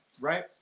right